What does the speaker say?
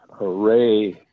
array